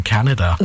Canada